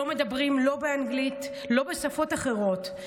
לא מדברים לא באנגלית ולא בשפות אחרות,